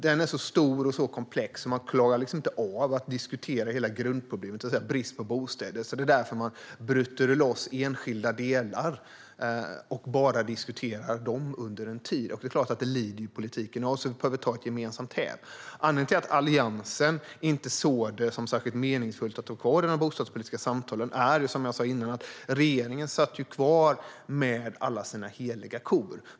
Den är så stor och komplex att man inte klarar av att diskutera hela grundproblemet, det vill säga bristen på bostäder, och det är därför man bryter loss enskilda delar och bara diskuterar dessa under en tid. Det är klart att politiken lider av detta, så vi behöver ta ett gemensamt häv. Anledningen till att Alliansen inte såg det som särskilt meningsfullt att vara kvar i de bostadspolitiska samtalen var, som jag sa tidigare, att regeringen satt kvar med alla sina heliga kor.